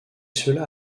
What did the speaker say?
cela